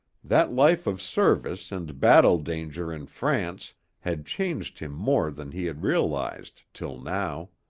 that life of service and battle-danger in france had changed him more than he had realized till now.